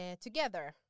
Together